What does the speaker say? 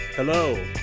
Hello